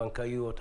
הבנקאיות,